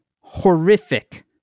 horrific